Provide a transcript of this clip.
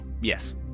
Yes